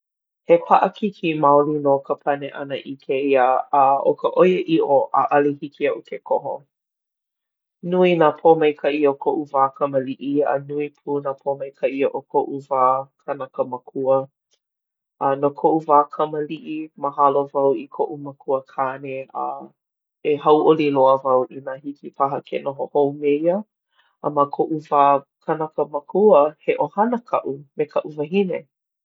He paʻakikī maoli nō ka pane ʻana i kēia, a ʻo ka ʻoiaʻiʻo ʻaʻole hiki iaʻu ke koho. Nui nā pōmaikaʻi o koʻu wā kamaliʻi, a nui pū nā pōmaikaʻi o koʻu wā kanaka makua. A no koʻu wā kamaliʻi, mahalo wau i koʻu makuakāne. A e hauʻoli loa wau inā hiki ke noho hou me ia. A ma koʻu wā kanaka makua he ʻohana kaʻu me kaʻu wahine.